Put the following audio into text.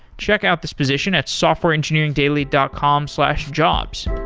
check out this position at softwareengineeringdaily dot com slash jobs.